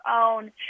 own